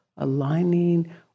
aligning